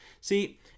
See